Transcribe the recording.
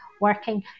working